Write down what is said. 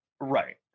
Right